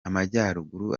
amajyaruguru